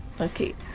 okay